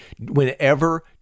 whenever